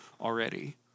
already